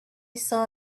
saw